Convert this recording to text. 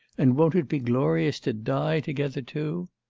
and won't it be glorious to die together too?